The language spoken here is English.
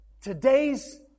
today's